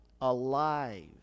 alive